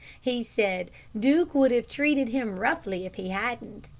he said duke would have treated him roughly, if he hadn't.